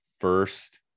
first